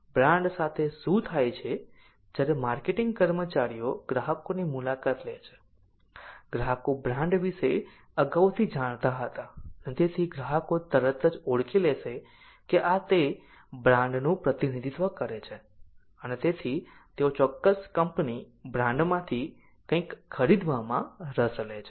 brand સાથે શું થાય છે જ્યારે માર્કેટિંગ કર્મચારીઓ ગ્રાહકોની મુલાકાત લે છે ગ્રાહકો બ્રાન્ડ વિશે અગાઉથી જાણતા હતા અને તેથી ગ્રાહકો તરત જ ઓળખી લેશે કે આ તે બ્રાન્ડનું પ્રતિનિધિત્વ કરે છે અને તેથી તેઓ ચોક્કસ કંપની બ્રાન્ડમાંથી કંઈક ખરીદવામાં રસ લે છે